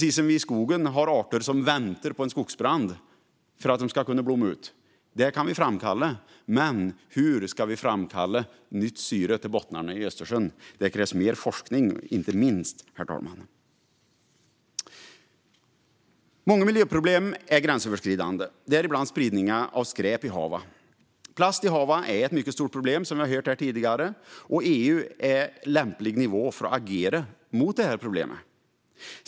I skogen finns arter som väntar på en skogsbrand för att de ska blomma, och en sådan kan vi framkalla, men hur ska vi framkalla nytt syre till bottnarna i Östersjön? Det krävs inte minst mer forskning, herr talman. Många miljöproblem är gränsöverskridande, däribland spridningen av skräp i haven. Plast i haven är ett mycket stort problem, som vi har hört tidigare, och EU är en lämplig nivå för att agera mot problemet.